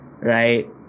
right